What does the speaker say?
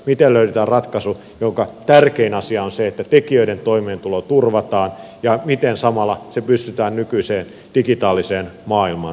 miten löydetään ratkaisu jonka tärkein asia on se että tekijöiden toimeentulo turvataan ja miten samalla pystytään soveltamaan se nykyiseen digitaaliseen maailmaan